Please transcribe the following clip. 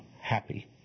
happy